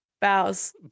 bows